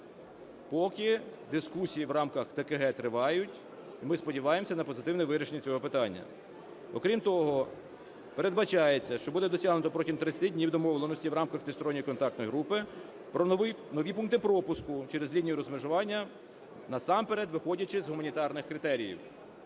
Поки дискусії в рамках ТКГ тривають, ми сподіваємося на позитивне вирішення цього питання. Окрім того, передбачається, що буде досягнуто протягом 30 днів домовленостей в рамках Тристоронньої контактної групи про нові пункти пропуску через лінію розмежування, насамперед виходячи з гуманітарних критеріїв.